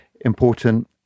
important